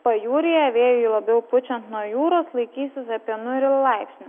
pajūryje vėjui labiau pučiant nuo jūros laikysis apie nulį laipsnių